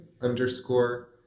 underscore